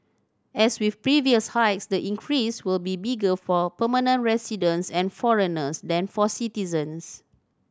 as with previous hikes the increase will be bigger for permanent residents and foreigners than for citizens